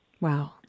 Wow